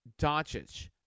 Doncic